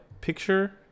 picture